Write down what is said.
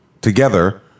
together